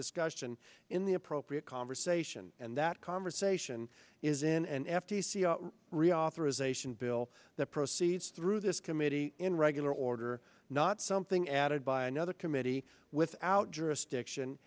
discussion in the appropriate conversation and that conversation is in an f t c reauthorization bill that proceeds through this committee in regular order not something added by another committee without jurisdiction